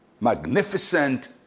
magnificent